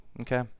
okay